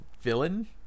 villain